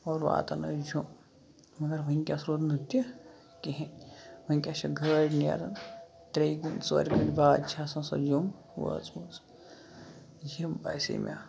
اور واتان ٲسۍ جوم مَگر وٕنکیس روٗد نہٕ تہِ کِہینۍ نہٕ وٕنکیس چھِ گٲڑۍ نیران تریٚیہِ گٲنٹہِ ژورِ گٲنٹہِ باد چھےٚ آسان سۄ جوم وٲژَمٕژ یِم باسے مےٚ